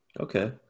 Okay